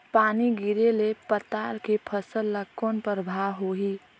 पानी गिरे ले पताल के फसल ल कौन प्रभाव होही?